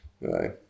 Right